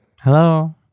Hello